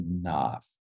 enough